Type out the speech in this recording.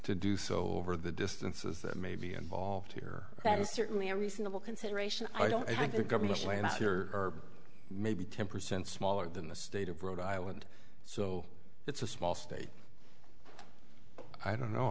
to do so over the distances that may be involved here that is certainly a reasonable consideration i don't think the government lands here maybe ten percent smaller than the state of rhode island so it's a small state i don't know